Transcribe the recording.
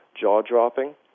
jaw-dropping